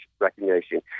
recognition